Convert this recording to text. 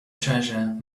treasure